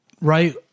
right